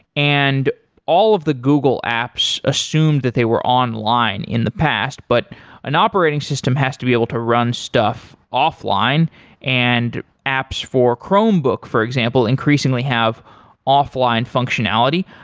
and all of the google apps assume that they were online in the past, but an operating system has to be able to run stuff offline and apps for chromebook for example, increasingly have offline functionality.